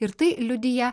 ir tai liudija